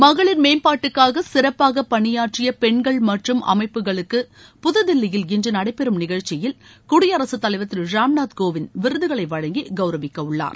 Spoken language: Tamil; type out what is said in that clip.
மகளிர் மேம்பாட்டுக்காக சிறப்பாக பணியாற்றிய பெண்கள் மற்றும் அமைப்புகளுக்கு புதுதில்லியில் இன்று நடைபெறும் நிகழ்ச்சியில் குடியரசுத்தலைவர் திரு ராம்நாத் கோவிந்த் விருதுகளை வழங்கி கவுரவக்க உள்ளார்